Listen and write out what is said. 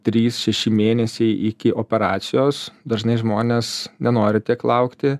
trys šeši mėnesiai iki operacijos dažnai žmonės nenori tiek laukti